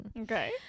Okay